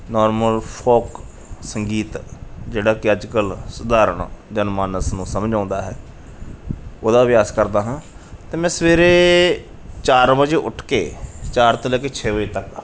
normal folk ਸੰਗੀਤ ਜਿਹੜਾ ਕਿ ਅੱਜ ਕੱਲ੍ਹ ਸਧਾਰਨ ਜਨਮਾਨਸ ਨੂੰ ਸਮਝ ਆਉਂਦਾ ਹੈ ਉਹਦਾ ਅਭਿਆਸ ਕਰਦਾ ਹਾਂ ਅਤੇ ਮੈਂ ਸਵੇਰੇ ਚਾਰ ਵਜੇ ਉੱਠ ਕੇ ਚਾਰ ਤੋਂ ਲੈ ਕੇ ਛੇ ਵਜੇ ਤੱਕ